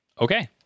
Okay